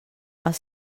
els